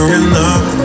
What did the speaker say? enough